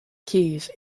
keys